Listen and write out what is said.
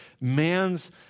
man's